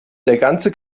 ganze